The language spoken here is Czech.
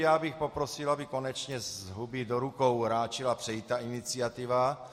Já bych poprosil, aby konečně z huby do rukou ráčila přejít ta iniciativa.